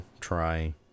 try